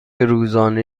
روزانه